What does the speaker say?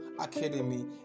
Academy